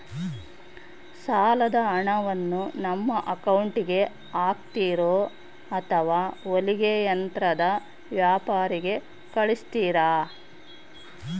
ಸಾಲದ ಹಣವನ್ನು ನಮ್ಮ ಅಕೌಂಟಿಗೆ ಹಾಕ್ತಿರೋ ಅಥವಾ ಹೊಲಿಗೆ ಯಂತ್ರದ ವ್ಯಾಪಾರಿಗೆ ಕಳಿಸ್ತಿರಾ?